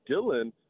Dylan